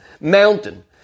mountain